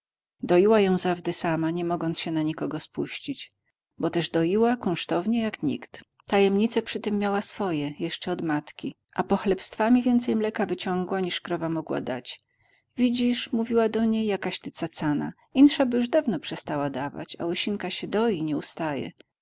doiła ją zawdy sama nie mogąc się na nikogo spuścić bo też doiła kunsztownie jak nikt tajemnice przytem miała swoje jeszcze od matki a pochlebstwami więcej mleka wyciągła niż krowa mogła dać widzisz mówiła do niej jakaś ty cacana insza by już dawno przestała dawać a łysinka sie doi nie ustaje